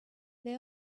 they